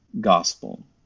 gospel